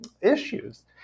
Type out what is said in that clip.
issues